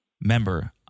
member